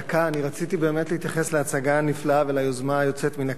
אני רציתי באמת להתייחס להצגה הנפלאה וליוזמה היוצאת מן הכלל.